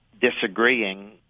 disagreeing